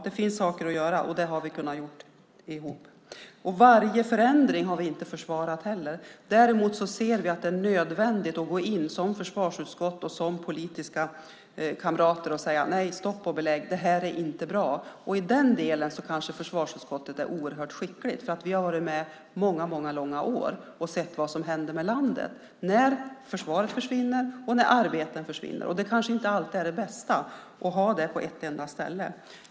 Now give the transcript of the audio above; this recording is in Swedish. Det finns saker att göra, och dem skulle vi kunna göra tillsammans. Vi har inte försvarat varje förändring. Däremot ser vi att det är nödvändigt att som försvarsutskott och politiska kamrater gå in och säga: Nej, stopp och belägg. Det här är inte bra. I den delen kanske försvarsutskottet är skickligt, för vi har varit med i många år och sett vad som händer ute i landet när försvaret försvinner och med det arbetstillfällena. Det kanske inte alltid är det bästa att ha det på ett enda ställe.